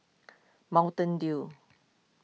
Mountain Dew